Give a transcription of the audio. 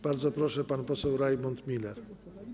Bardzo proszę, pan poseł Rajmund Miller.